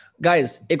guys